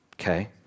okay